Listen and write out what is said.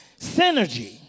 Synergy